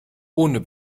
ohne